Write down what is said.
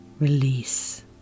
release